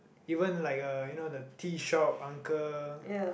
even like uh you know the tea shop uncle